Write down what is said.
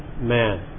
man